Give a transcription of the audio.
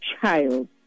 child